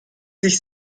sich